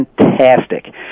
fantastic